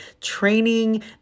training